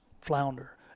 flounder